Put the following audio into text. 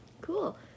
Cool